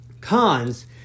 cons